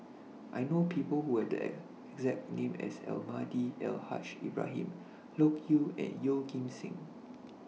I know People Who Have The exact name as Almahdi Al Haj Ibrahim Loke Yew and Yeoh Ghim Seng